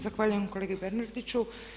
Zahvaljujem kolegi Bernardiću.